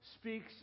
speaks